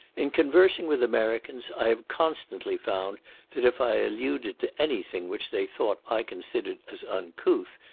in conversing with americans i have constantly found that if i alluded to anything which they thought i considered as uncouth,